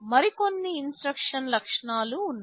మరికొన్నిఇన్స్ట్రక్షన్ లక్షణాలు ఉన్నాయి